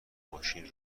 ماشین